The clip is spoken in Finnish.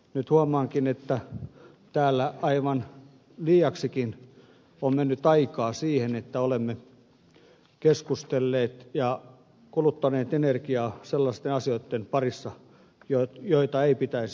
nyt huomaankin että täällä aivan liiaksikin on mennyt aikaa siihen että olemme keskustelleet ja kuluttaneet energiaa sellaisten asioitten parissa joiden ei pitäisi olla esillä